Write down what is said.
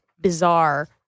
bizarre